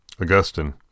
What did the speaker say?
Augustine